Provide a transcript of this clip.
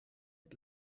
het